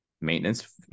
maintenance